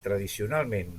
tradicionalment